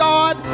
God